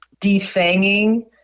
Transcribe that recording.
defanging